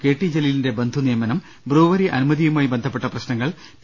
K T ജലീലിന്റെ ബന്ധുനിയമനം brewery അനുമതിയുമായി ബന്ധപ്പെട്ട പ്രശ്നങ്ങൾ പി